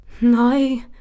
No